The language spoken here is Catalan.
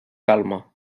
calma